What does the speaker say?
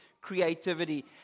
creativity